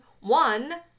one